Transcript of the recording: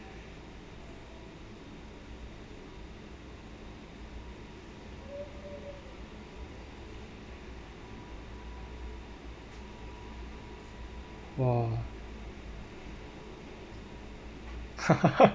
!wah!